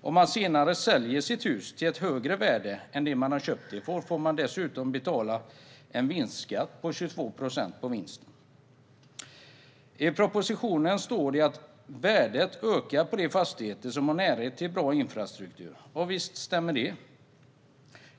Om man senare säljer sitt hus till ett högre pris än det man köpt det för får man dessutom betala en vinstskatt på 22 procent av vinsten. I propositionen står det att värdet ökar på de fastigheter som har närhet till bra infrastruktur. Ja, visst stämmer det.